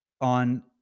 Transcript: on